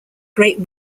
great